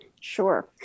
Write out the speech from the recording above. Sure